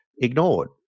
ignored